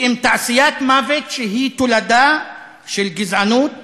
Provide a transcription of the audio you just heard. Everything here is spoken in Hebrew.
כי אם תעשיית מוות שהיא תולדה של גזענות